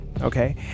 okay